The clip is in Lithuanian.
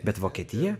bet vokietija